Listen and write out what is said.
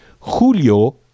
Julio